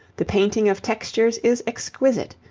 the painting of textures is exquisite.